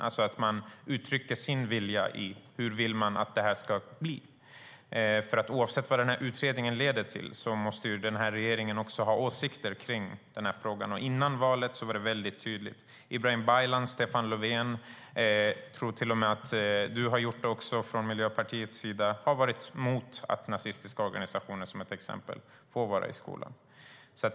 Regeringen ska uttrycka vad man själv vill att resultatet av utredningen ska bli. Oavsett vad utredningen leder till måste denna regering ha åsikter i frågan. Före valet var det tydligt. Ibrahim Baylan, Stefan Löfven och till och med statsrådet från Miljöpartiet har varit emot att nazistiska organisationer släpps in i skolor.